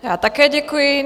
Já také děkuji.